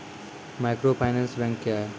Microfinance bank क्या हैं?